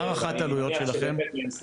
מה הערכת עלויות שלכם?